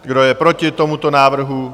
Kdo je proti tomuto návrhu?